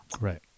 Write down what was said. right